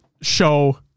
show